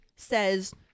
says